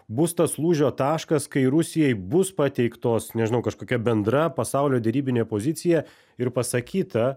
bus tas lūžio taškas kai rusijai bus pateiktos nežinau kažkokia bendra pasaulio derybinė pozicija ir pasakyta